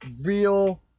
real